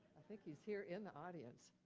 i think he's here in the audience.